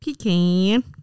pecan